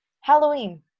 Halloween